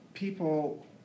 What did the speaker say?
People